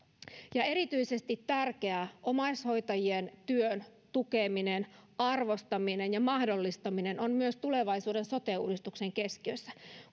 erityisesti tärkeää omaishoitajien työn tukeminen arvostaminen ja mahdollistaminen ovat myös tulevaisuuden sote uudistuksen keskiössä